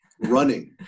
Running